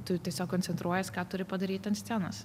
tu tiesiog koncentruojies ką turi padaryt ant scenos